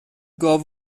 گاو